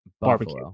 Barbecue